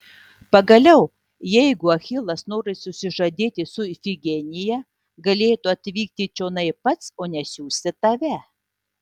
pagaliau jeigu achilas nori susižadėti su ifigenija galėtų atvykti čionai pats o ne siųsti tave